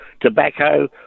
tobacco